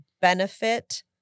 benefit